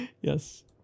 Yes